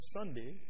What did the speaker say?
Sunday